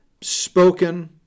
spoken